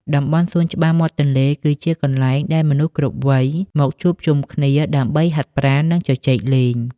តំបន់សួនច្បារមាត់ទន្លេ គឺជាកន្លែងដែលមនុស្សគ្រប់វ័យមកជួបជុំគ្នាដើម្បីហាត់ប្រាណ និងជជែកលេង។